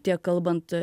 tiek kalbant